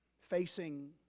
facing